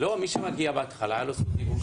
מי שמגיע בהתחלה, הייתה לו זכות דיבור.